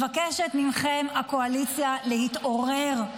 מבקשת מכם, הקואליציה, להתעורר.